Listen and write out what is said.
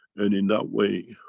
and, in that way,